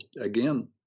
again